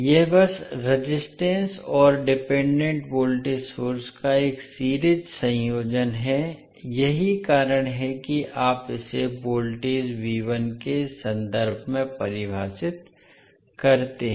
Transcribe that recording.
यह बस रेजिस्टेंस और डिपेंडेंट वोल्टेज सोर्स का एक सीरीज संयोजन है यही कारण है कि आप इसे वोल्टेज के संदर्भ में परिभाषित करते हैं